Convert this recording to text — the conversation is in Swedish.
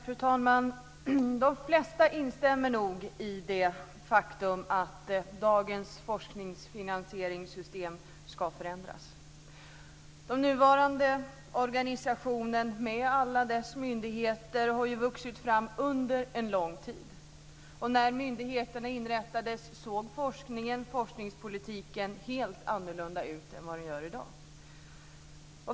Fru talman! De flesta instämmer nog i det faktum att dagens system för finansiering av forskning ska förändras. Den nuvarande organisationen, med alla dess myndigheter, har vuxit fram under en lång tid. När myndigheterna inrättades såg forskningspolitiken helt annorlunda ut än vad den gör i dag.